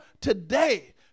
today